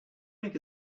make